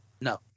No